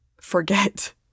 forget